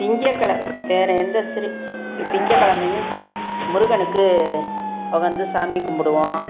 திங்கக்கெலமை வேறு எந்த சிறு திங்கக்கெழமையும் சா முருகனுக்கு உகந்து சாமி கும்பிடுவோம்